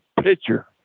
pitcher